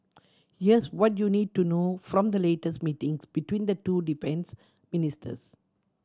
here's what you need to know from the latest meetings between the two defence ministers